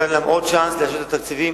אני נותן להם עוד צ'אנס לאשר את התקציב,